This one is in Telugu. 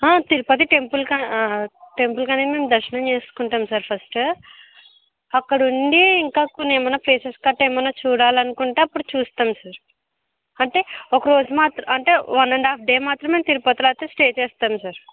తిరుపతి టెంపుల్కా టెంపుల్ కని మేము దర్శనం చేసుకుంటాం సార్ ఫస్ట్ అక్కడ ఉండి ఇంకా కొన్ని ఏమన్నా ప్లేసెస్ గట్టా ఏమన్నా చూడాలని అనుకుంటే అప్పుడు చూస్తాం సార్ అంటే ఒక రోజు మాత్రం అంటే వన్ అండ్ హాఫ్ డే మాత్రం మేము తిరుపతిలో అయితే స్టే చేస్తాం సార్